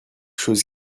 chose